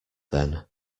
then